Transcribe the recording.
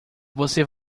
você